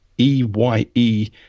e-y-e